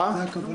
זו הכוונה?